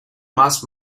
más